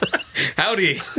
Howdy